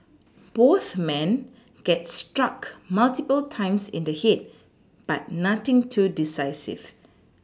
both men get struck multiple times in the head but nothing too decisive